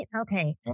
Okay